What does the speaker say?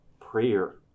prayer